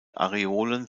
areolen